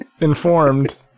informed